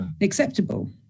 acceptable